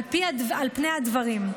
על פני הדברים,